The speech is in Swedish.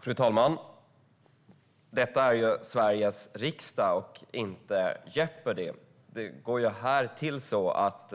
Fru talman! Detta är Sveriges riksdag och inte Jeopardy . Här går det till så att